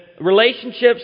relationships